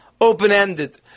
open-ended